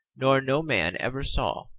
nor no man ever saw.